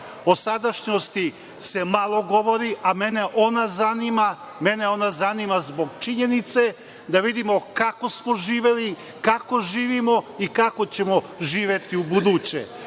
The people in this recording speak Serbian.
O sadašnjosti se malo govori, a mene ona zanima zbog činjenice da vidimo kako smo živeli, kako živimo i kako ćemo živeti ubuduće.